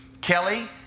Kelly